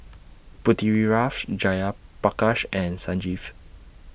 Pritiviraj Jayaprakash and Sanjeev